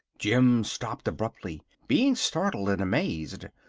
jim stopped abruptly, being startled and amazed.